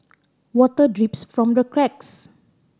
water drips from the cracks